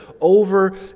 over